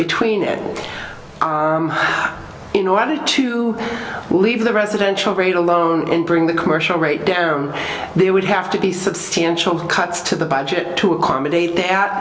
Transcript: between it in order to leave the residential rate alone and bring the commercial rate down there would have to be substantial cuts to the budget to accommodate th